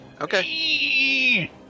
Okay